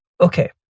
okay